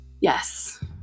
Yes